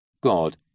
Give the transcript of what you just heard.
God